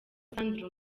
sandra